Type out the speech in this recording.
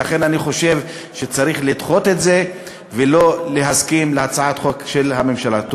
ולכן אני חושב שצריך לדחות את הצעת החוק של הממשלה ולא להסכים לה.